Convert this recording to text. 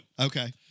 Okay